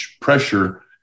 pressure